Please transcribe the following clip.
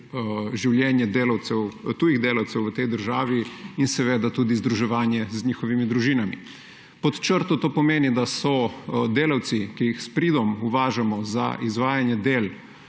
življenje delavcev, tujih delavcev v tej državi in tudi združevanje z njihovimi družinami. Pod črto to pomeni, da so delavci, ki jih s pridom uvažamo za izvajanje del,